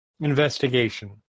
Investigation